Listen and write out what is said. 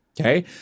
Okay